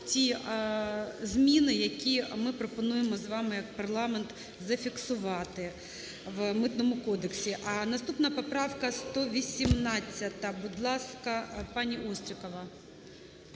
ці зміни, які ми пропонуємо з вами як парламент зафіксувати в Митному кодексі. А наступна – поправка 118, будь ласка, пані Острікова.